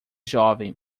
jovem